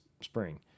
spring